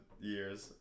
years